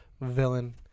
villain